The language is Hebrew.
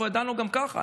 אנחנו ידענו גם ככה,